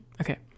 Okay